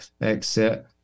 exit